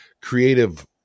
creative